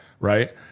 Right